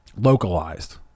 localized